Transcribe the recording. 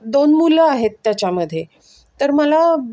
दोन मुलं आहेत त्याच्यामध्ये तर मला